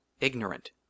ignorant